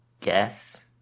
guess